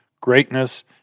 greatness